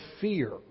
fear